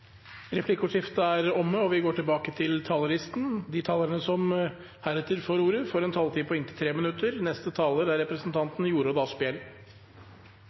Replikkordskiftet er omme. De talere som heretter får ordet, har en taletid på inntil 3 minutter. Det er